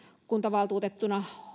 kuntavaltuutettuna